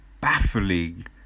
baffling